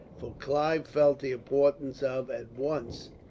for clive felt the importance of, at once,